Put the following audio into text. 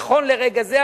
נכון לרגע זה,